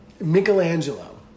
Michelangelo